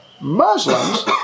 Muslims